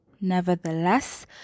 nevertheless